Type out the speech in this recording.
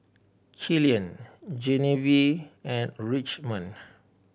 Killian Genevieve and Richmond